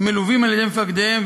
מלווים על-ידי מפקדיהם,